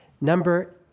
number